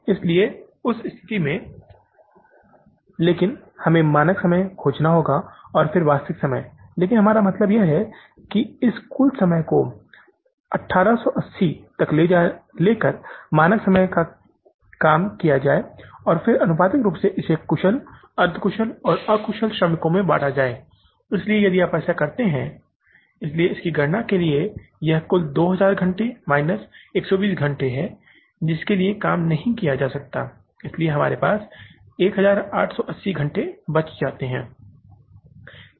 इसलिए उस स्थिति में लेकिन हमें मानक समय खोजना होगा और फिर वास्तविक समय लेकिन हमारा मतलब है कि इस कुल समय को 1880 तक ले कर मानक समय का काम किया जाए और फिर आनुपातिक रूप से इसे कुशल अर्ध कुशल और अकुशल श्रमिकों में बाटा जाए इसलिए यदि आप ऐसा करते हैं इसलिए इसकी गणना के लिए यह कुल 2000 घंटे माइनस 120 घंटे है जिसके लिए काम नहीं किया जा सकता है इसलिए हमारे पास 1880 घंटों बच जाते है